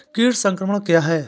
कीट संक्रमण क्या है?